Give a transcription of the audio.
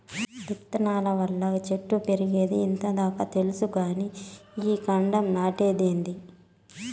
విత్తనాల వల్ల చెట్లు పెరిగేదే ఇంత దాకా తెల్సు కానీ ఈ కాండం నాటేదేందీ